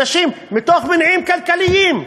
אנשים, מתוך מניעים כלכליים,